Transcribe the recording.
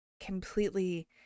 completely